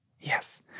yes